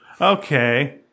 Okay